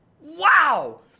Wow